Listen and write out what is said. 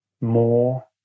more